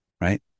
right